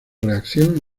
reacción